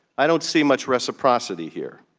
i don't see much reciprocity here.